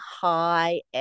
high